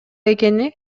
экени